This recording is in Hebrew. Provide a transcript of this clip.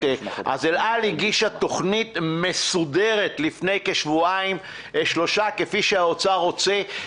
אז היא הגישה תוכנית מסודרת לפני כשבועיים-שלושה כפי שהאוצר רוצה.